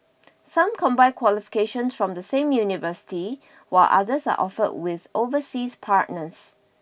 some combine qualifications from the same university while others are offered with overseas partners